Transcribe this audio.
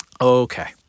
Okay